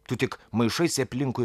tu tik maišaisi aplinkui